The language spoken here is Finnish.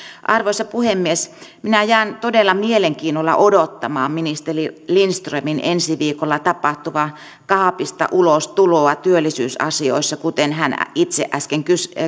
arvoisa puhemies minä jään todella mielenkiinnolla odottamaan ministeri lindströmin ensi viikolla tapahtuvaa kaapista ulos tuloa työllisyysasioissa kuten hän itse äsken